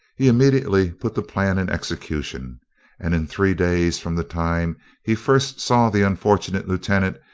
he immediately put the plan in execution and in three days from the time he first saw the unfortunate lieutenant,